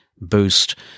boost